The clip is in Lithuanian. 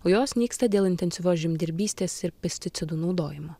o jos nyksta dėl intensyvios žemdirbystės ir pesticidų naudojimo